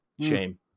Shame